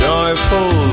Joyful